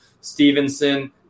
Stevenson